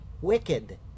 wicked